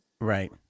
Right